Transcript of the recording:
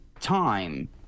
time